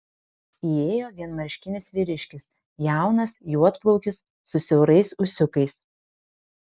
įėjo vienmarškinis vyriškis jaunas juodplaukis su siaurais ūsiukais